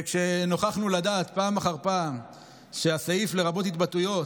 כשנוכחנו לדעת פעם אחר פעם שהסעיף "לרבות התבטאויות"